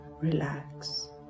relax